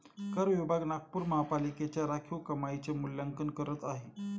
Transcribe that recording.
कर विभाग नागपूर महानगरपालिकेच्या राखीव कमाईचे मूल्यांकन करत आहे